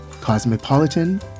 Cosmopolitan